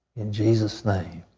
in jesus' name,